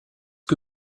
que